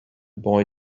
boy